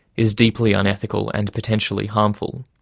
is deeply unethical and potentially harmful.